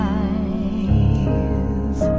eyes